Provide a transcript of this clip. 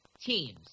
teams